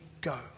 go